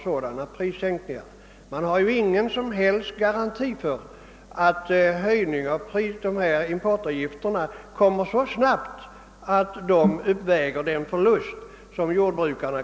Sådana prissänkningar innebär nämligen en förlust för hela det svenska jordbruket.